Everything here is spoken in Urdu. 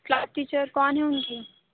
کلاس ٹیچر کون ہیں ان کی